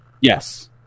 Yes